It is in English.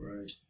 Right